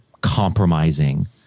compromising